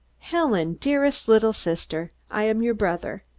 helen, dearest little sister, i am your brother.